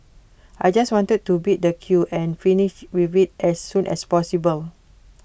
I just wanted to beat the queue and finish with IT as soon as possible